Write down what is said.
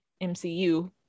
MCU